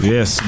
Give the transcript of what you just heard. Yes